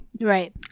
Right